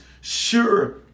Sure